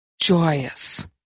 joyous